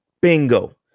Bingo